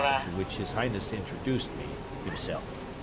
to which his highness introduced me himself,